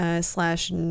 slash